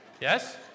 Yes